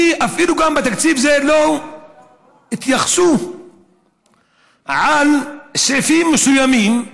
ואפילו, בתקציב זה לא התייחסו בסעיפים מסוימים,